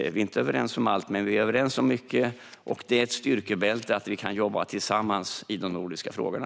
Vi är inte överens om allt, men vi är överens om mycket. Och det är en styrka att vi kan jobba tillsammans i de nordiska frågorna.